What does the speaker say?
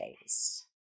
Days